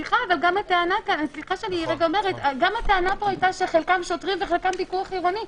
גם הטענה פה היתה שחלקם שוטרים וחלקם פיקוח עירוני.